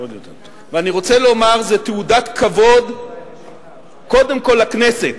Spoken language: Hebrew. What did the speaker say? ואני רוצה לומר, זו תעודת כבוד קודם כול לכנסת,